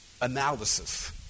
analysis